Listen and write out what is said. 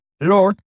Lord